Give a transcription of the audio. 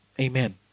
Amen